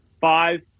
five